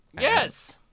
Yes